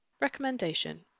Recommendation